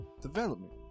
development